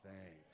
thanks